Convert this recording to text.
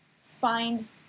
find